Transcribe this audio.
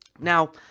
Now